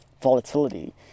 volatility